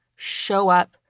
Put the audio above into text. show up.